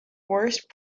worst